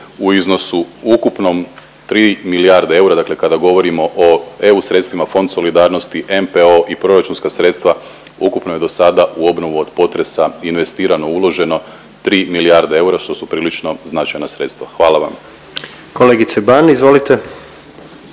u iznosu ukupnom 3 milijarde eura, dakle kada govorimo o EU sredstvima, Fond solidarnosti, NPOO i proračunska sredstva, ukupno je dosada u obnovu od potresa investirano i uloženo 3 milijarde eura, što su prilično značajna sredstva, hvala vam. **Jandroković,